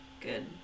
good